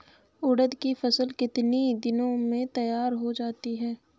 उड़द की फसल कितनी दिनों में तैयार हो जाती है?